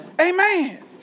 Amen